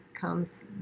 comes